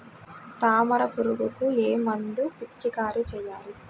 తామర పురుగుకు ఏ మందు పిచికారీ చేయాలి?